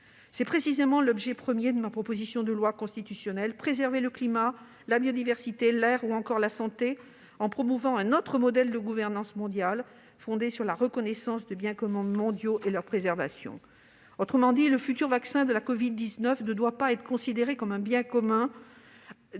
C'est, précisément, l'objet premier de ma proposition de loi constitutionnelle : préserver le climat, la biodiversité, l'air ou encore la santé en promouvant un autre modèle de gouvernance mondiale fondée sur la reconnaissance de biens communs mondiaux et leur préservation. Autrement dit, le futur vaccin de la covid-19 ne doit-il pas être considéré comme un bien commun